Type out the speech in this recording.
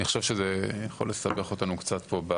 אני חושב שזה יכול לסבך אותנו טיפה פה.